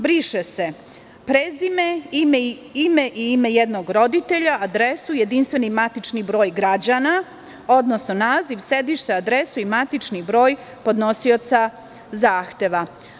Briše se – prezime, ime i ime jednog roditelja, adresa, jedinstveni matični broj građana, odnosno, naziv, sedište, adresa i matični broj podnosioca zahteva.